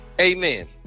amen